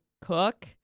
cook